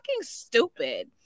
stupid